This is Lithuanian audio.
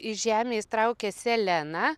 iš žemės traukia seleną